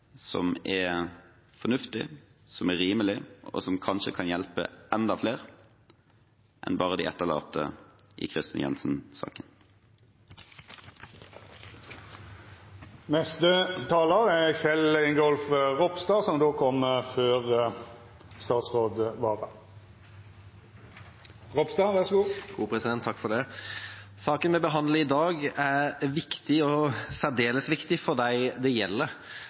som er fornuftig, som er rimelig, og som kanskje kan hjelpe enda flere enn bare de etterlatte i Kristin-saken. Saken vi behandler i dag, er viktig – og særdeles viktig for dem det gjelder. Jeg vil derfor starte med å takke forslagsstillerne for at de har fremmet representantforslaget. Kristelig Folkeparti er